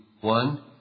one